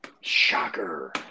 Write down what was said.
Shocker